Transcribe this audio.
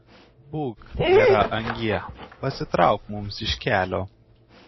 būk gera angie pasitrauk mums iš kelio